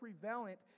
prevalent